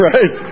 Right